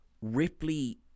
Ripley